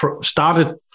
started